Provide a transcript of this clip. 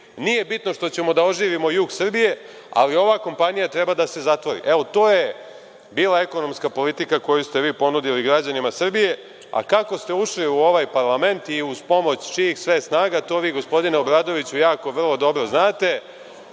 Nije bitno što ćemo da oživimo jug Srbije, ali ova kompanija treba da se zatvori. To je bila ekonomska politika koju ste vi ponudili građanima Srbije, a kako ste ušli u ovaj parlament i uz pomoć čijih sve snaga, to vi, gospodine Obradoviću, jako vrlo dobro znate. Kada